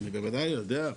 אני בוודאי יודע.